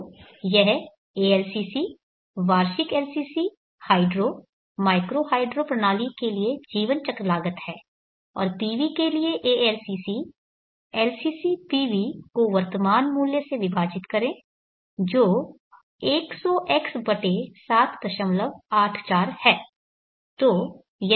तो यह ALCC वार्षिक LCC हाइड्रो माइक्रो हाइड्रो प्रणाली के लिए जीवनचक्र लागत है और PV के लिए ALCC है LCCPV को वर्तमान मूल्य से विभाजित करें जो 100x784 है